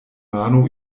mano